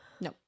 No